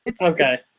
Okay